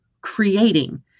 creating